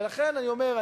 ולכן אני אומר,